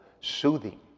soothing